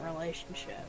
relationship